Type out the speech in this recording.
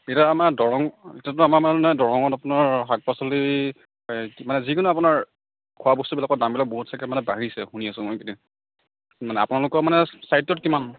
এতিয়া আমাৰ দৰং এতিয়াতো আমাৰ মানে দৰঙত আপোনাৰ শাক পাচলি এ মানে যিকোনো আপোনাৰ খোৱাবস্তু বিলাকৰ দামবিলাক বহুত চাগৈ মানে বাঢ়িছে শুনি আছোঁ মই এইকেইদিন মানে আপোনালোকৰ মানে ছাইদটোত কিমান